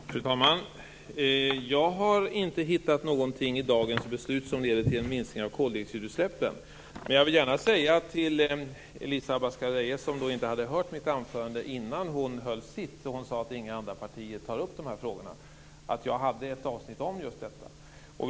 Fru talman! Jag har inte hittat någonting i dagens beslut som leder till en minskning av koldioxidutsläppen. Elisa Abascal Reyes hade inte hört mitt anförande när hon höll sitt anförande och sade att inga andra partier tar upp dessa frågor. Jag vill då gärna säga till henne att jag hade ett avsnitt om just detta i mitt anförande.